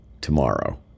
Tomorrow